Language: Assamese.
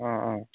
অঁ অঁ